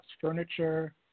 furniture